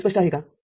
हे स्पष्ट आहे का